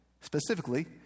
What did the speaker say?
specifically